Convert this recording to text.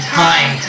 time